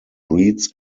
breeds